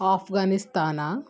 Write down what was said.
Afghanistan